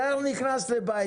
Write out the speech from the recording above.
הדייר נכנס לבית,